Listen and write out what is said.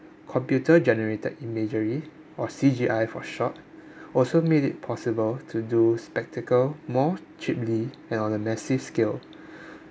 computer-generated imagery or C_G_I for short also made it possible to do spectacle more cheaply and on a massive scale